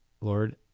Lord